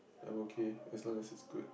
I am okay as long as it's good